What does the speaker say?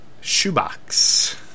Shoebox